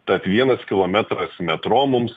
tad vienas kilometras metro mums